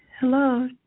hello